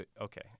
okay